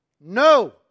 No